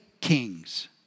kings